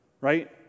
right